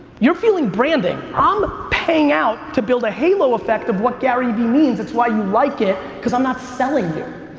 you're feeling branding. i'm um paying out to build a halo effect of what garyvee means, that's why you like it, cause i'm not selling you.